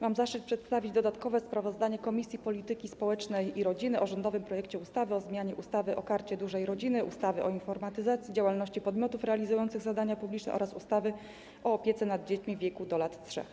Mam zaszczyt przedstawić dodatkowe sprawozdanie Komisji Polityki Społecznej i Rodziny o rządowym projekcie ustawy o zmianie ustawy o Karcie Dużej Rodziny, ustawy o informatyzacji, działalności podmiotów realizujących zadania publiczne oraz ustawy o opiece nad dziećmi w wieku do lat 3.